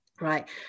Right